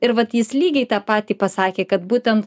ir vat jis lygiai tą patį pasakė kad būtent